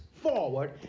forward